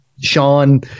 Sean